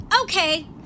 Okay